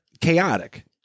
chaotic